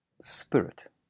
spirit